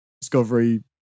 Discovery